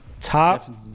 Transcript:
Top